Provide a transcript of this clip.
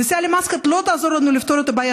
נסיעה למסקט לא תעזור לנו לפתור את הבעיה